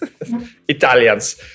Italians